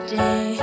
day